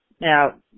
Now